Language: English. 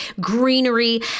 greenery